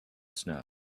snow